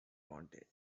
wanted